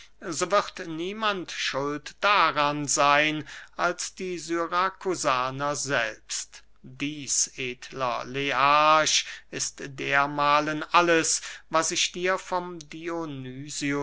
so wird niemand schuld daran seyn als die syrakusaner selbst dieß edler learch ist dermahlen alles was ich dir vom